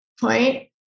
point